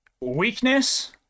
weakness